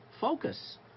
focus